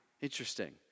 Interesting